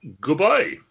Goodbye